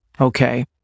Okay